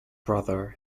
brother